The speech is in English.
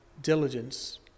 diligence